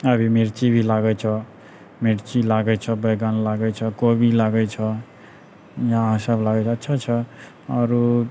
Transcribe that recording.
अभी मिर्ची भी लागै छौ मिर्ची लागै छौ बैङ्गन लागै छौ कोबी लागै छौ इएह सब लागै छौ अच्छा छौ आरु